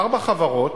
ארבע חברות,